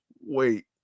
wait